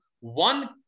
one